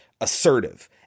assertive